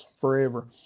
forever